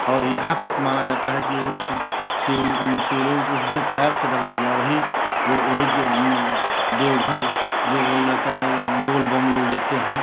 और यहाँ तक माना जाता है कि उस शिव शिवलिंग को उसने पैर से दबा दिया वही वह वही देवघर जो बोला जाता है बोलबम लोग जाते हैं